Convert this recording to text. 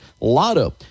Lotto